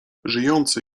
żyjący